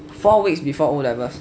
four weeks before O levels